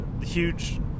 huge